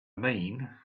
mean